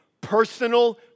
personal